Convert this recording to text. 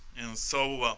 and so